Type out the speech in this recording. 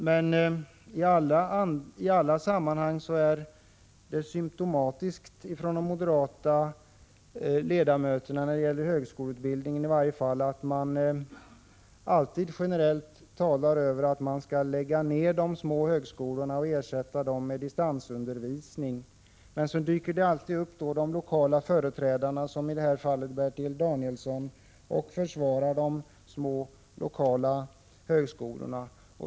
Men det är symtomatiskt för de moderata ledamöterna att i alla sammanhang som rör högskoleutbildningen generellt tala för att man skall lägga ned de små högskolorna och ersätta dem med distansundervisning. Men så dyker alltid de lokala företrädarna upp, i det här fallet Bertil Danielsson, och försvarar de små lokala högskolorna.